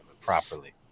properly